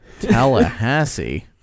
Tallahassee